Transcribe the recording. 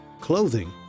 clothing